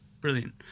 brilliant